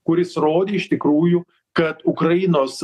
kuris rodė iš tikrųjų kad ukrainos